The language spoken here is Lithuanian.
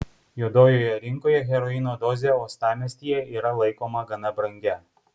juodojoje rinkoje heroino dozė uostamiestyje yra laikoma gana brangia